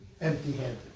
empty-handed